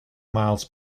miles